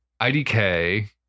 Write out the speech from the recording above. IDK